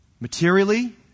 materially